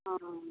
हँ